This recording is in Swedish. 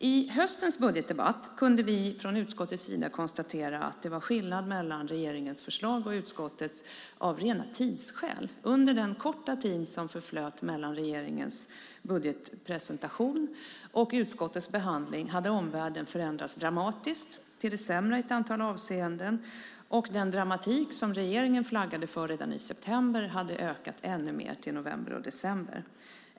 I höstens budgetdebatt kunde finansutskottet konstatera att det av rena tidsskäl var skillnad mellan regeringens och utskottets förslag. Under den korta tid som förflöt mellan regeringens budgetpresentation och utskottets behandling hade omvärlden förändrats till det sämre i ett antal avseenden. Den dramatik som regeringen flaggade för redan i september hade ökat ännu mer till november och december.